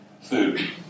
food